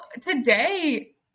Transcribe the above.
today